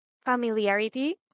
familiarity